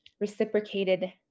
reciprocated